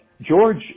George